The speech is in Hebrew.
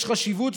יש חשיבות,